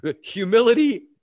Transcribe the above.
Humility